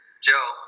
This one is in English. Joe